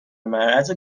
معرض